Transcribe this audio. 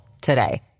today